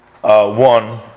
one